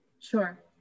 Sure